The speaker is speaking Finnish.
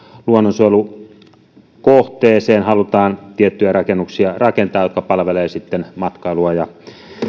luonnonsuojelukohteeseen halutaan tiettyjä rakennuksia rakentaa jotka palvelevat sitten matkailua ja